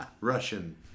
russian